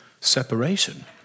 separation